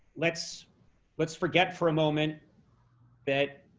let's let's forget for a moment that,